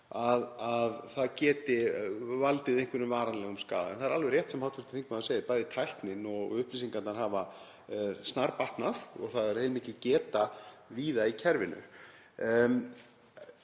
að það geti valdið einhverjum varanlegum skaða. En það er alveg rétt sem hv. þingmaður segir, bæði hefur tæknin og upplýsingarnar snarbatnað og það er heilmikil geta víða í kerfinu.